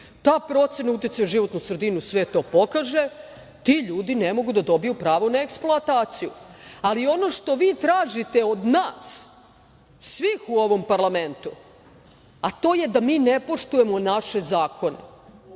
Ta procena uticaja životnu sredinu sve to pokaže, ti ljudi ne mogu da dobiju pravo na eksploataciju. Ali, ono što vi tražite od nas, svih u ovom parlamentu, a to je da mi ne poštujemo naše zakone,